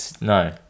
No